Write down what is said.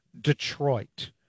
Detroit